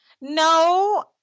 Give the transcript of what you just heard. no